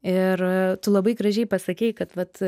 ir tu labai gražiai pasakei kad vat